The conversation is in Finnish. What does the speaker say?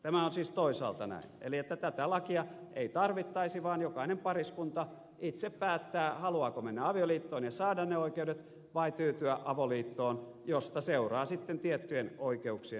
tämä on siis toisaalta näin eli tätä lakia ei tarvittaisi vaan jokainen pariskunta itse päättää haluaako mennä avioliittoon ja saada ne oikeudet vai tyytyä avoliittoon josta seuraa tiettyjen oikeuksien puuttumista